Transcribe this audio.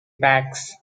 backs